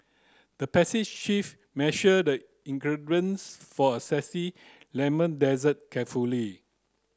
the passage chef measured the ingredients for a lemon dessert carefully